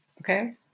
Okay